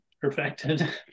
perfected